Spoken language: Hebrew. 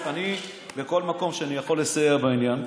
בכל מקום שאני יכול לסייע בעניין,